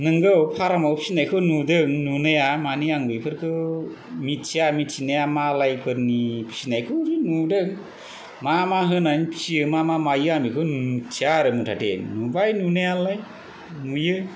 नोंगौ फारामाव फिसिनायखौ नुदों नुनाया मानि आं बेफोरखौ मिथिया मिन्थिनाया मालायफोरनि फिसिनायखौसो नुदों मा मा होनान फिसियो मामा मायो आं बेखौ मिन्थिया आरो मुथ'ते नुबाय नुनायालाय नुयो